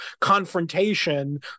confrontation